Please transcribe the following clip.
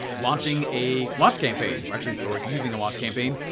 launching a launch campaign. or actually or using a launch campaign.